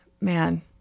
man